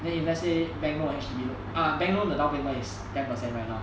then if let's say bank loan or H_D_B loan err bank loan the down payment is ten percent right now